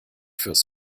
fürs